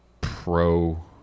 Pro